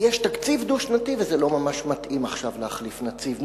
יש תקציב דו-שנתי וזה לא ממש מתאים עכשיו להחליף נציב.